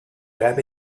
grab